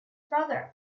brother